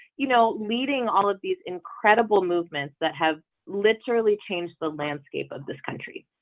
you know leading all of these incredible movements that have literally changed the landscape of this country.